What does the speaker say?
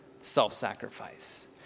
self-sacrifice